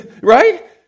Right